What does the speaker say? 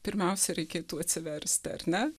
pirmiausia reikėtų atsiversti ar ne